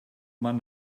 man